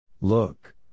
Look